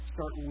Start